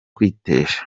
kwitesha